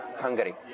Hungary